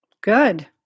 Good